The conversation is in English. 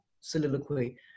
soliloquy